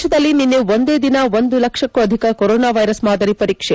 ದೇಶದಲ್ಲಿ ನಿನ್ನೆ ಒಂದೇ ದಿನ ಒಂದು ಲಕ್ಷಕ್ಕೂ ಅಧಿಕ ಕೊರೊನಾ ವೈರಸ್ ಮಾದರಿ ಪರೀಕ್ಷೆ